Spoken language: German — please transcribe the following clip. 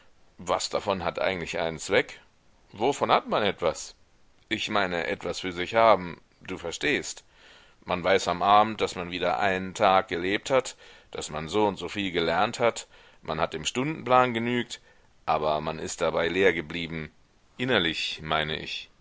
was davon hat eigentlich einen zweck wovon hat man etwas ich meine etwas für sich haben du verstehst man weiß am abend daß man wieder einen tag gelebt hat daß man so und so viel gelernt hat man hat dem stundenplan genügt aber man ist dabei leer geblieben innerlich meine ich